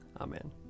Amen